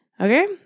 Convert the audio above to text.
Okay